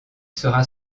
sera